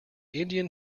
indian